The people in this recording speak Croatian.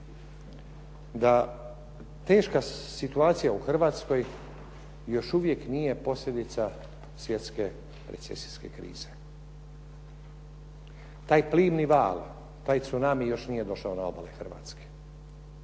da teška situacija u Hrvatskoj još uvijek nije posljedica svjetske recesijske krize. Taj plimni val, taj tsunami još nije došao na obale Hrvatske.